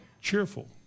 Cheerful